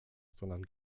sondern